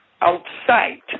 outside